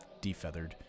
defeathered